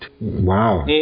Wow